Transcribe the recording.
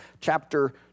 chapter